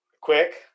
quick